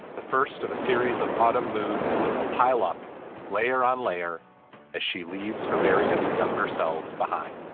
the first of a series of autumn moods that will pile up layer on layer as she leaves her various younger selves behind